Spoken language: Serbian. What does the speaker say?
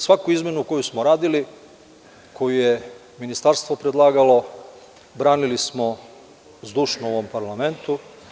Svaku izmenu koju smo radili, koju je ministarstvo predlagalo, branili smo zdušno u ovom parlamentu.